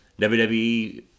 WWE